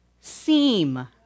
seem